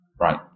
Right